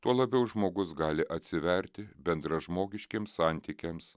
tuo labiau žmogus gali atsiverti bendražmogiškiems santykiams